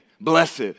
Blessed